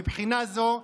מבחינה זו,